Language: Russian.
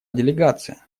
делегация